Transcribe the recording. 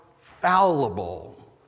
fallible